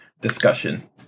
discussion